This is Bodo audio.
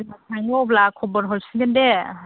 जेब्ला थाङो अब्ला खबर हरफिनगोन दे